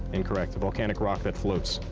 incorrect. volcanic rock that floats.